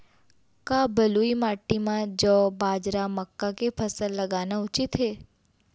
का बलुई माटी म जौ, बाजरा, मक्का के फसल लगाना उचित हे?